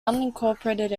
unincorporated